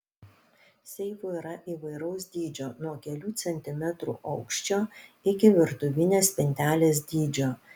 seifų yra įvairaus dydžio nuo kelių centimetrų aukščio iki virtuvinės spintelės dydžio